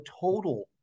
total